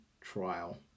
trial